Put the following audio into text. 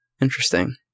Interesting